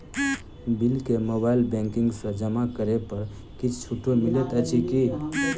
Bill केँ mobile banking सँ जमा करै पर किछ छुटो मिलैत अछि की?